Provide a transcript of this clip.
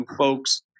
folks